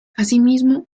asimismo